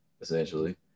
essentially